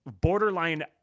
borderline